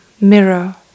mirror